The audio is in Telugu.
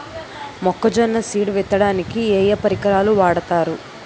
మొక్కజొన్న సీడ్ విత్తడానికి ఏ ఏ పరికరాలు వాడతారు?